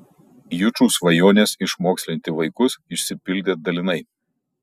jučų svajonės išmokslinti vaikus išsipildė dalinai